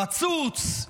רצוץ.